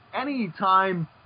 anytime